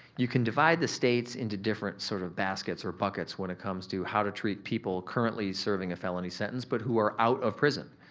you can divide the states into different sort of baskets or buckets when it comes to how to treat people currently serving a felony sentence but who are out of prison.